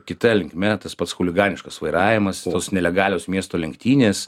kita linkme tas pats chuliganiškas vairavimas tos nelegalios miesto lenktynės